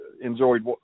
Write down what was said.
enjoyed